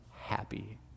happy